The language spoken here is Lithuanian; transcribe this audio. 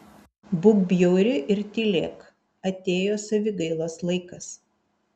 būk bjauri ir tylėk atėjo savigailos laikas